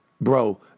bro